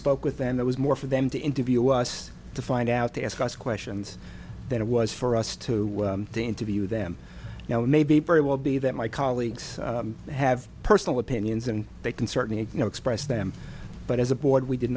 spoke with them that was more for them to interview us to find out they ask us questions than it was for us to interview them now it may be very well be that my colleagues have personal opinions and they can certainly you know express them but as a board we did